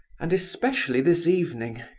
and especially this evening,